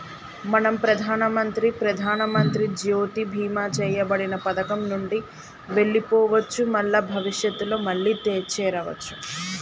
మనం ప్రధానమంత్రి ప్రధానమంత్రి జ్యోతి బీమా చేయబడిన పథకం నుండి వెళ్లిపోవచ్చు మల్ల భవిష్యత్తులో మళ్లీ చేరవచ్చు